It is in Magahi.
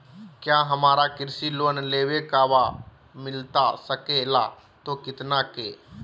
क्या हमारा कृषि लोन लेवे का बा मिलता सके ला तो कितना के?